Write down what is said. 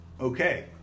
okay